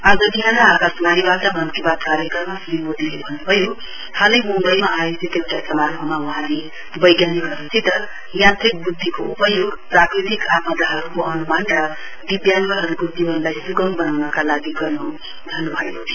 आज बिहान आकाशवाणीबाट मन की बात कार्यक्रममा श्री मोदीले भन्न्भयो हालै मुम्बईमा आयोजित एउटा समारोहमा वैज्ञानिकहरूसित यान्त्रिक बुद्धिको उपयोग प्राकृतिक आपदाहरूको अनुमानर दिव्याङ्गहरूको जीवनलाई सुगम बनाउनका लागि गर्नु भन्नु भएको छ